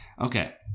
Okay